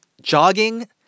Jogging